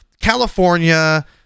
California